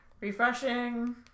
Refreshing